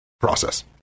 process